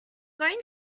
going